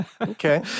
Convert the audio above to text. Okay